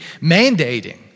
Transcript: mandating